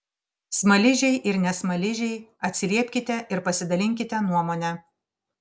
smaližiai ir ne smaližiai atsiliepkite ir pasidalinkite nuomone